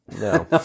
No